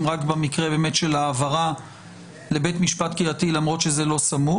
רק במקרה של העברה לבית משפט קהילתי למרות שזה לא סמוך.